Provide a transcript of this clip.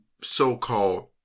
so-called